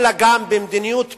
אלא גם במדיניות פנים.